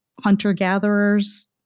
hunter-gatherers